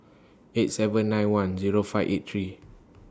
eight seven nine one Zero five eight three